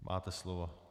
Máte slovo.